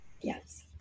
Yes